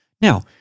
Now